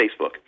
Facebook